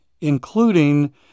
including